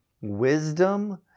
wisdom